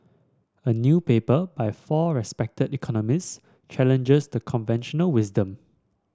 a new paper by four respected economist challenges the conventional wisdom